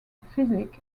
physics